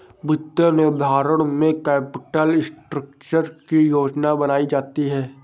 वित्तीय निर्धारण में कैपिटल स्ट्रक्चर की योजना बनायीं जाती है